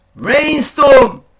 rainstorm